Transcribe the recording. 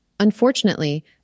Unfortunately